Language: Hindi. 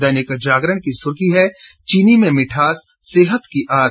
दैनिक जागरण की सुर्खी है चीनी में मिठास सेहत की आस